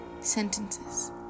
sentences